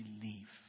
believe